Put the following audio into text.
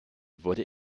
wurde